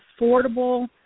affordable